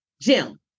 Jim